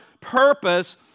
purpose